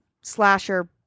slasher